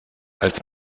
als